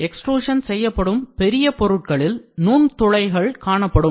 xtrusion செய்யப்படும் பெரிய பொருட்களில் நுண்துளைகள் காணப்படும்